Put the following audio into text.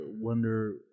Wonder